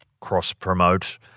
cross-promote